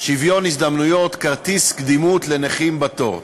שוויון הזדמנויות, כרטיס קדימות לנכים בתור.